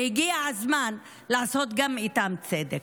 והגיע הזמן לעשות גם איתם צדק.